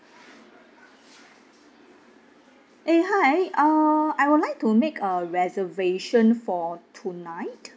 eh hi uh I would like to make a reservation for tonight